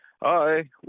Hi